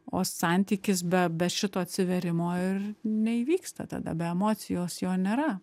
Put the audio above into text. o santykis be be šito atsivėrimo ir neįvyksta tada be emocijos jo nėra